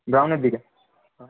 ব্রাউনের দিকে